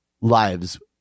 lives